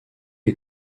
est